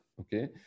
Okay